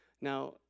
Now